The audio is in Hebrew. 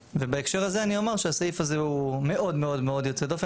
ובהקשר הזה אני אומר שהסעיף הזה הוא מאוד מאוד יוצא דופן,